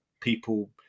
people